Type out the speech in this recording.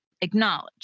acknowledge